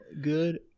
good